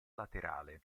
laterale